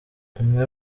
umwe